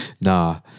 nah